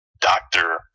doctor